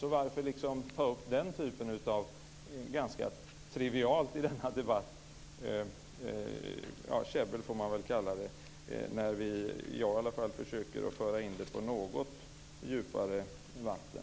Så varför tar man upp den typen av ganska trivialt käbbel - får man väl kalla det - i denna debatt när jag i alla fall försöker föra in den på något djupare vatten?